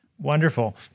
Wonderful